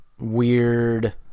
weird